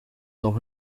nog